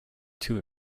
too